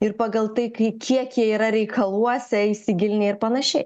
ir pagal tai kai kiek jie yra reikaluose įsigilinę ir panašiai